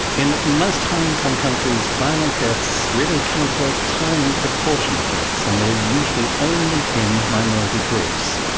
in most high income countries violent deaths really account for a tiny proportion of deaths and they are usually only in minority groups.